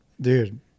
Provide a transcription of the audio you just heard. dude